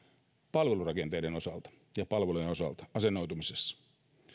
palvelurakenteiden osalta ja palvelujen osalta asennoitumisessa